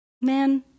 Man